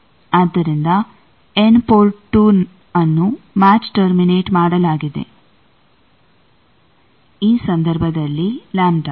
ಆದ್ದರಿಂದ N port two ನ್ನು match terminate ಮಾಡಲಾಗಿದೆ ಈ ಸಂದರ್ಭದಲ್ಲಿ ಲ್ಯಾಂಬ್ದಾ